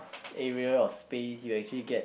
area or space you actually get